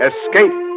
Escape